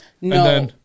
No